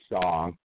song